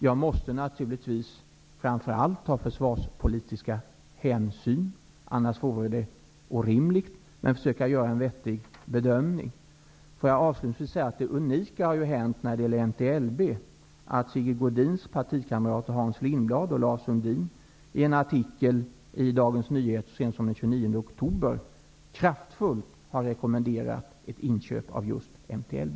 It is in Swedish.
Jag måste naturligtvis ta framför allt försvarspolitiska hänsyn, annars vore det orimligt, men försöka göra en vettig bedömning. Får jag avslutningsvis säga att det unika har hänt när det gäller MT-LB att Sigge Godins partikamrater Hans Lindblad och Lars Sundin i en artikel i Dagens Nyheter så sent som den 29 oktober kraftfullt har rekommenderat ett inköp av just MT-LB.